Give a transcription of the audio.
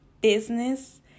business